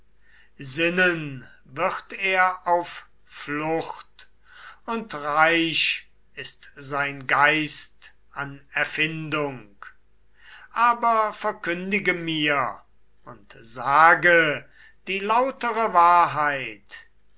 sinnen wird er auf flucht und reich ist sein geist an erfindung aber verkündige mir und sage die lautere wahrheit